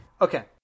Okay